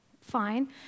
fine